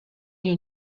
you